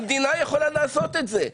המדינה יכולה לעשות את זה.